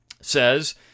says